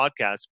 podcast